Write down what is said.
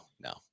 no